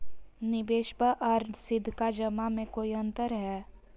निबेसबा आर सीधका जमा मे कोइ अंतर हय?